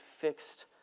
fixed